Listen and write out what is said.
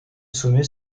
sommet